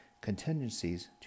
contingencies